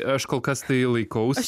aš kol kas tai laikaus